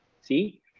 see